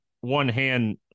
one-hand